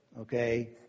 okay